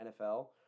NFL